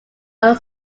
are